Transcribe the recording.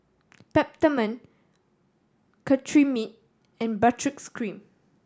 Peptamen Cetrimide and cream